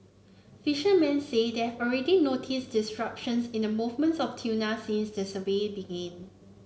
fishermen say they have already noticed disruptions in the movements of tuna since the survey began